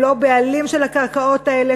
הם לא הבעלים של הקרקעות האלה,